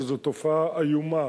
שזאת תופעה איומה.